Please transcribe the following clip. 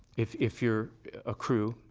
if if you're ah crew,